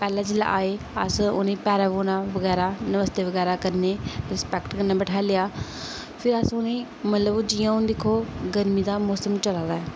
पैह्ले जेल्लै आए अस उ'नें गी पैरें पौना बगैरा नमस्ते बगैरा करने रिसपेक्ट कन्नै बठलेआ फिर उस उ'नेंगी मतलब जियां हून दिक्खो गर्मी दा मोसम चला दा ऐ